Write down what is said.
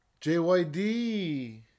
JYD